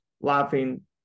laughing